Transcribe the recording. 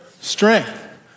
strength